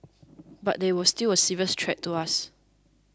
but they were still a serious threat to us